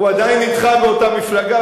הוא עדיין אתך באותה מפלגה,